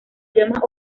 idiomas